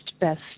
best